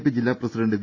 P ജില്ലാ president V